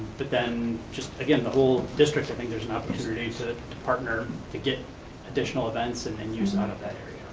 but then just, again, the whole district. i think there's and but opportunity to partner to get additional events and then use out of that area.